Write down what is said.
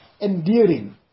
endearing